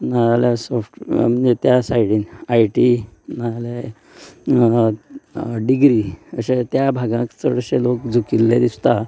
त्या सायडीन I T नाजाल्यार डिग्री अशें त्या भागांत चडशें लोक शिकिल्ले दिसतात